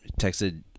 Texted